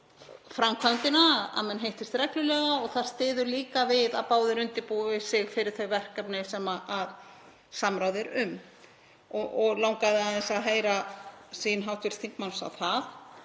framkvæmdina að menn hittist reglulega og það styður líka við að báðir undirbúi sig fyrir þau verkefni sem samráð er um; mig langaði aðeins að heyra sýn hv. þingmanns á það.